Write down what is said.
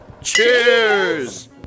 Cheers